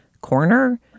corner